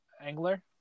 Angler